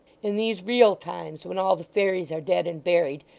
in these real times, when all the fairies are dead and buried,